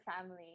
family